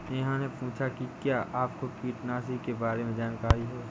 नेहा ने पूछा कि क्या आपको कीटनाशी के बारे में जानकारी है?